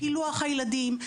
פילוח הילדים,